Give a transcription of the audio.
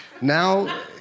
Now